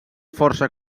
força